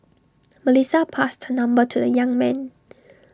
Melissa passed her number to the young man